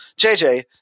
JJ